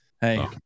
hey